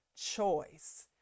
choice